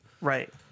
right